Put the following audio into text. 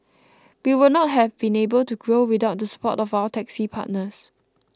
we would not have been able to grow without the support of our taxi partners